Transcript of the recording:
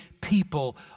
people